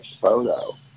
photo